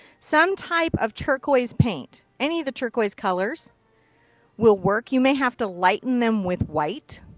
some type of turquoise paint. any of the turquoise colors will work. you may have to lighten them with white.